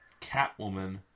Catwoman